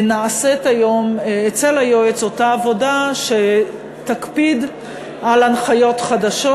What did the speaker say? נעשית היום אצל היועץ אותה עבודה שתקפיד על הנחיות חדשות,